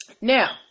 Now